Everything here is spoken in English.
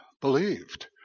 believed